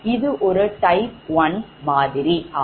இது ஒரு type 1 மாதிரி ஆகும்